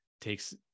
takes